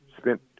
spent